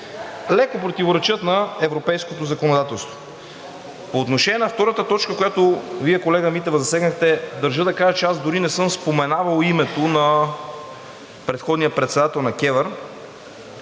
леко противоречат на европейското законодателство. По отношение на втората точка, която Вие, колега Митева, засегнахте, държа да кажа, че аз дори не съм споменавал името на предходния председател на КЕВР.